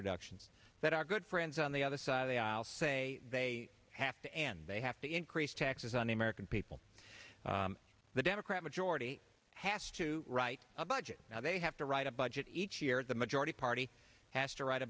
reductions that are good friends on the other side of the aisle say they have to and they have to increase taxes on the american people the democrat majority has to write a budget now they have to write a budget each year the majority party has to write a